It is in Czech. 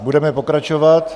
Budeme pokračovat.